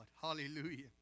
Hallelujah